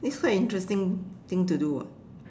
this quite interesting thing to do [what]